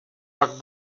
pak